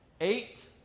eight